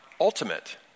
ultimate